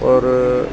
ਔਰ